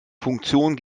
funktion